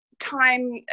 time